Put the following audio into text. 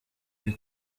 iri